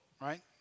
right